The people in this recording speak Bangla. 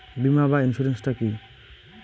বিমা বা ইন্সুরেন্স টা কি?